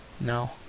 No